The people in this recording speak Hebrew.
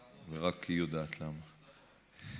רק היא יודעת למה.